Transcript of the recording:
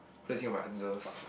what do you think about my answers